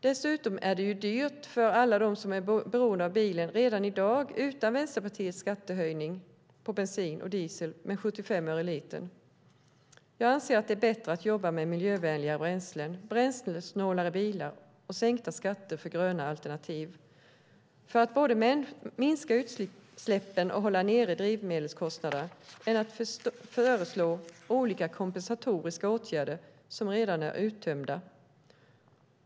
Dessutom är det dyrt för alla dem som är beroende av bilen redan i dag utan Vänsterpartiets skattehöjning på bensin och diesel med 75 öre litern. Jag anser att det är bättre att jobba för miljövänligare bränslen, bränslesnålare bilar och sänkta skatter för gröna alternativ för att både minska utsläppen och hålla nere drivmedelskostnaderna än att föreslå olika kompensatoriska åtgärder som redan är uttömda.